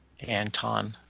Anton